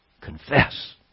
confess